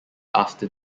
after